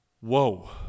whoa